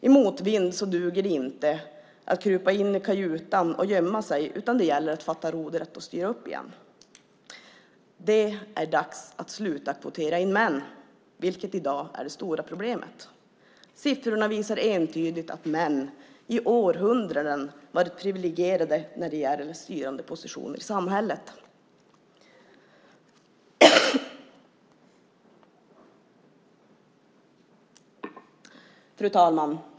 I motvind duger det inte att krypa in i kajutan och gömma sig, utan det gäller att fatta rodret och styra upp igen. Det är dags att sluta kvotera in män, vilket i dag är det stora problemet. Siffrorna visar entydigt att män i århundraden varit privilegierade när det gäller styrande positioner i samhället. Fru talman!